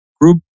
Group